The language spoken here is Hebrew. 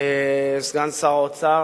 סגן שר האוצר.